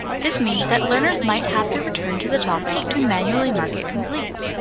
this means that learners might have to return to the topic to manually mark it complete.